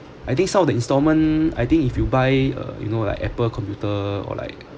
I think some of the installment I think if you buy uh you know like Apple computer or like